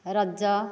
Raja